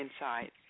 inside